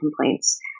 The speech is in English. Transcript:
complaints